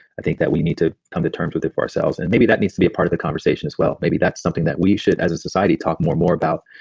i think that we need to come to terms with it for ourselves. and maybe that needs to be a part of the conversation as well. maybe that's something that we should as a society talk more more about.